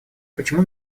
почему